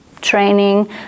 training